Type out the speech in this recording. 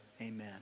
amen